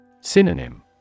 Synonym